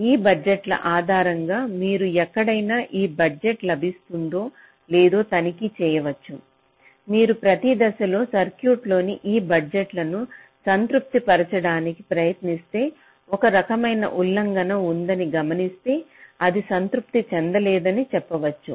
ఈ బడ్జెట్ల ఆధారంగా మీరు ఎక్కడైనా ఈ బడ్జెట్ లభిస్తుందో లేదో తనిఖీ చేయవచ్చు మీరు ప్రతి దశలో సర్క్యూట్లోని ఈ బడ్జెట్లను సంతృప్తి పరచడానికి ప్రయత్నిస్తే ఒక రకమైన ఉల్లంఘన ఉందని గమనిస్తే అది సంతృప్తి చెందలేదని చెప్పవచ్చు